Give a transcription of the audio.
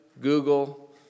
Google